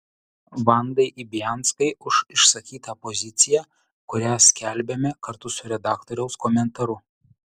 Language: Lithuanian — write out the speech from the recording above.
vandai ibianskai už išsakytą poziciją kurią skelbiame kartu su redaktoriaus komentaru